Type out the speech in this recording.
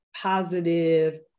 positive